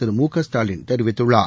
திரு மு க ஸ்டாலின் தெரிவித்துள்ளார்